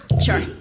Sure